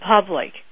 public